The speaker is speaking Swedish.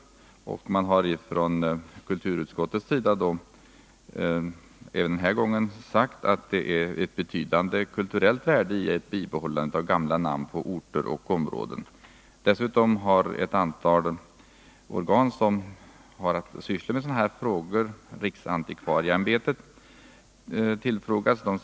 Kulturutskottet har den här gången liksom tidigare uttalat att det ligger ett betydande kulturellt värde i ett bibehållande av gamla namn på orter och områden. Dessutom har ett antal organ, som har att syssla med frågor som denna, exempelvis riksantikvarieämbetet, tillfrågats.